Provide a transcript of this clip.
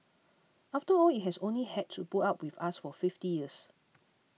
after all it has only had to put up with us for fifty years